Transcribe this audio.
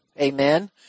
Amen